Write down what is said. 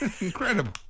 incredible